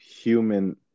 human